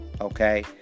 Okay